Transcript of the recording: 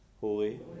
Holy